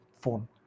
Phone